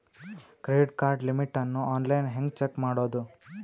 Credit card limit ಅನ್ನು online ಹೆಂಗ್ check ಮಾಡೋದು?